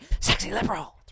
sexyliberal